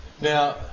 Now